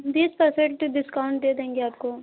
बीस परसेंट तो डिस्काउंट दे देंगे आपको